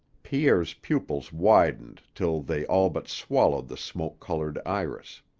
pierre's pupils widened till they all but swallowed the smoke-colored iris.